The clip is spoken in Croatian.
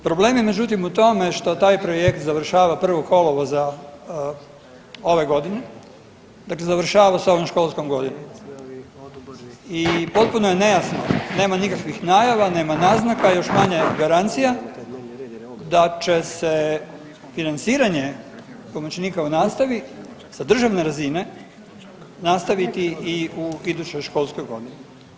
Problem je međutim u tome što taj projekt završava 1. kolovoza ove godine, dakle završava s ovom školskom godinom i potpuno je nejasno, nema nikakvih najava, nema naznaka, još manje garancija da će se financiranje pomoćnika u nastavi sa državne razine nastaviti i u idućoj školskoj godini.